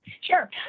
Sure